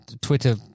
twitter